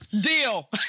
Deal